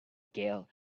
girl